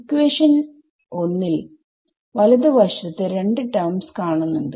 equation 1ൽ വലത് വശത്തു രണ്ട് ടെർമ്സ് കാണുന്നുണ്ട്